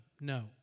No